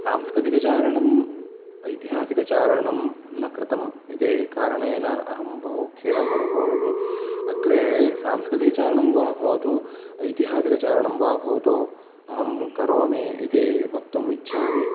सांस्कृतिकचारणम् ऐतिहासिकचारणं न कृतम् इति कारणेन अहं बहु खेदम् अनुभवामि अग्रे सांस्कृतिकचारणं वा भवतु ऐतिहासिकचारणं वा भवतु अहं करोमि इति वक्तुम् इच्छामि